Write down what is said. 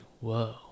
whoa